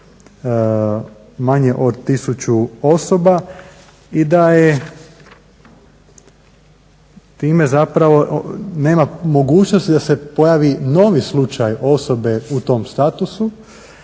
manje od 1000 osoba i da je time zapravo nema mogućnosti da se pojavi novi slučaj osobe u tom statusu